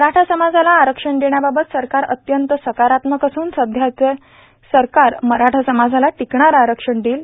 मराठा समाजाला आरक्षण देण्याबाबत सरकार अत्यंत सकारात्मक असून सध्याचे सरकारमराठा समाजाला टिकणारे आरक्षण देईल